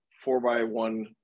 four-by-one